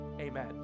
Amen